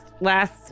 last